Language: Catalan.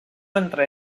entre